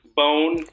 bone